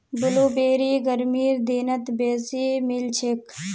blueberry गर्मीर दिनत बेसी मिलछेक